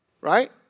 Right